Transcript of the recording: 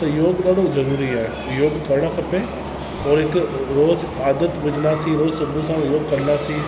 त योगु ॾाढो ज़रूरी आहे योगु करण खपे ऐं हिकु रोज़ु आदत विझंदासीं रोज़ु सुबूह साणु योगु कंदासीं